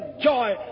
joy